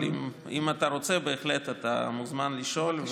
אבל אם אתה רוצה, בהחלט אתה מוזמן לשאול.